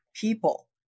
people